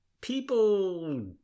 people